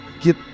get